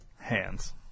hands